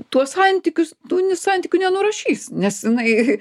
tuos santykius tų santykių nenurašys nes jinai